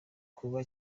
kuba